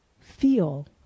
feel